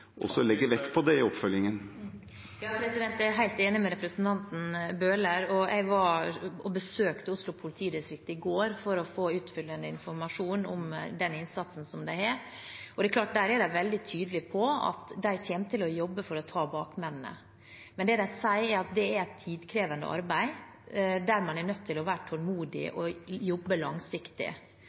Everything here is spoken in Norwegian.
legger vekt på dette i oppfølgingen. Jeg er helt enig med representanten Bøhler. Jeg besøkte Oslo politidistrikt i går for å få utfyllende informasjon om den innsatsen som de har. De er veldig tydelige på at de kommer til å jobbe for å ta bakmennene. Men de sier at det er et tidkrevende arbeid, der man er nødt til å være tålmodig og jobbe langsiktig.